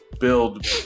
build